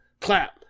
clap